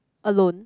alone